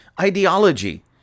ideology